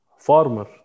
Farmer